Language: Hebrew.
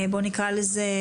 בואו נקרא לזה,